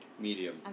medium